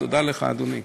תודה לך, אדוני.